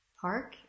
Park